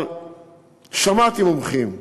אבל שמעתי מומחים,